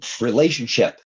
relationship